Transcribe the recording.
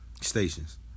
stations